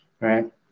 right